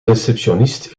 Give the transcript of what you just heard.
receptionist